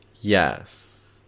Yes